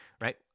right